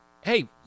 hey